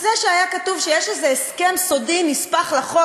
וזה שהיה כתוב שיש איזה הסכם סודי נספח לחוק,